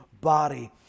body